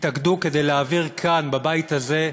התאגדו כדי להעביר כאן, בבית הזה,